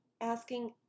asking